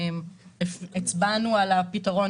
הצבענו על הפתרון